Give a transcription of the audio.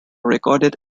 recorded